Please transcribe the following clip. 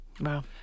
Wow